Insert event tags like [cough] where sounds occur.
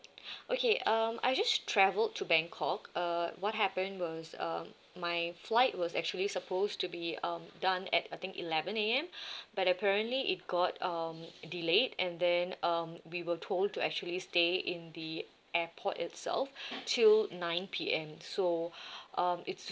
[breath] okay um I just travelled to bangkok uh what happened was um my flight was actually supposed to be um done at I think eleven A_M [breath] but apparently it got um delayed and then um we were told to actually stay in the airport itself [breath] till nine P_M so [breath] um it's